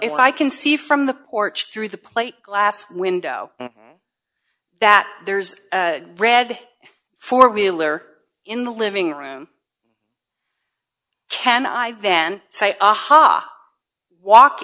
if i can see from the porch through the plate glass window that there's a red four wheeler in the living room can i then say aha i walk